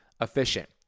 efficient